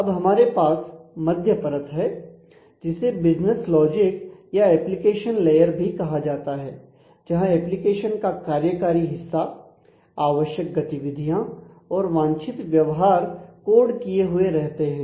अब हमारे पास मध्य परत है जिसे बिजनेस लॉजिक या एप्लीकेशन लेयर भी कहा जाता है जहां एप्लीकेशन का कार्यकारी हिस्सा आवश्यक गतिविधियां और वांछित व्यवहार कोड किए हुए रहते हैं